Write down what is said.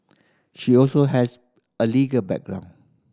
she also has a legal background